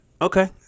Okay